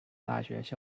大学